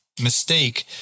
mistake